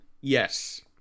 Yes